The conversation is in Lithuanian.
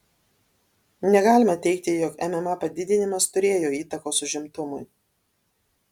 negalima teigti jog mma padidinimas turėjo įtakos užimtumui